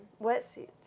wetsuits